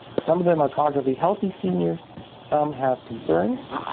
some of them are cognitively healthy seniors, some have concerns,